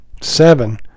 seven